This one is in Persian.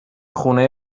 خونه